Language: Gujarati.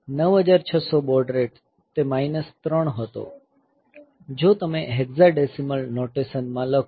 9600 બૉડ રેટ તે માઇનસ 3 હતો જો તમે હેક્ઝાડેસિમલ નોટેશન માં લખો